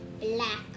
Black